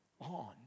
on